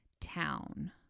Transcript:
town